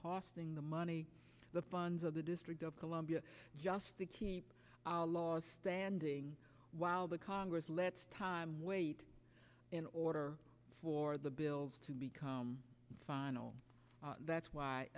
costing the money the funds of the district of columbia just to keep our laws standing while the congress lets time wait in order for the bills to become final that's why